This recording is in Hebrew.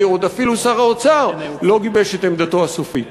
כי אפילו שר האוצר עוד לא גיבש את עמדתו הסופית.